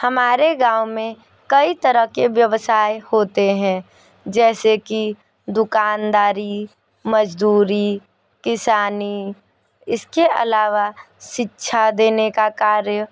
हमारे गाँव में कई तरह के व्यवसाय होते हैं जैसे कि दुकानदारी मजदूरी किसानी इसके अलावा शिक्षा देने का कार्य